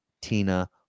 Tina